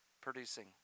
producing